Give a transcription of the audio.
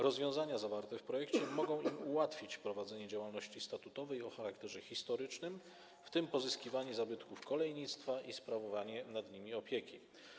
Rozwiązania zawarte w projekcie mogą ułatwić prowadzenie działalności statutowych i o charakterze historycznym, w tym pozyskiwanie zabytków kolejnictwa i sprawowanie nad nimi opieki.